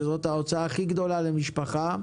שזו ההוצאה הכי גדולה למשפחה.